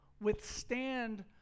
withstand